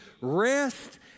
rest